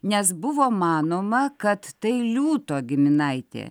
nes buvo manoma kad tai liūto giminaitė